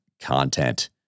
content